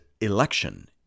election